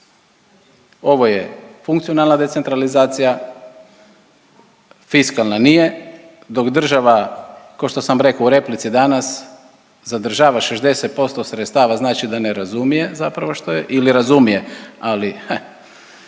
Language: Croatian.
Ovo je funkcionalna decentralizacija, fiskalna nije. Dok država kao što sam rekao u replici danas zadržava 60% sredstava, znači da ne razumije zapravo što je ili razumije ali,